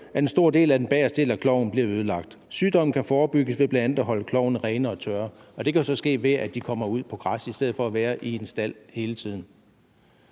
at en stor del af den bageste del af kloven bliver ødelagt. Sygdommen kan forebygges ved bl.a. at holde klovene rene og tørre, og det kan så ske, ved at de kommer ud på græs i stedet for at være i en stald hele tiden.